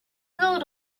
not